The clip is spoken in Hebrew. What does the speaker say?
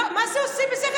מה זה "עושים בשכל"?